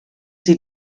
sie